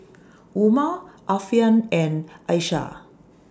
Umar Alfian and Aisyah